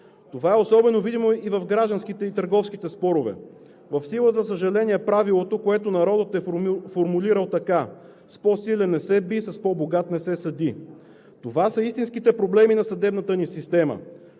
Това е особено видимо и в гражданските, и в търговските спорове. В сила, за съжаление, е правилото, което народът е формулирал така: „С по-силен не се бий, с по-богат не се съди!“ Това са истинските проблеми на съдебната ни система,